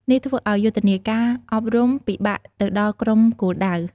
នេះធ្វើឱ្យយុទ្ធនាការអប់រំពិបាកទៅដល់ក្រុមគោលដៅ។